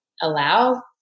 allow